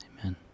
Amen